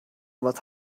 weld